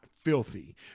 filthy